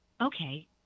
okay